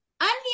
onion